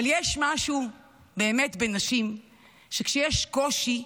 אבל יש משהו בנשים שכשיש קושי,